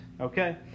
okay